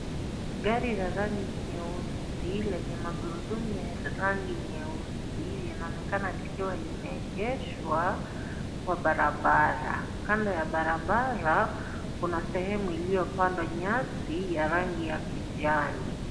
Gari la rangi nyeusi lenye magurudumu ya rangi nyeusi, linaonekana likiwa limeegeshwa kwa barabara. Kando ya barabara kuna sehemu iliyopandwa nyasi ya rangi ya kijani.